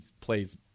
plays